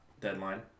deadline